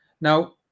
Now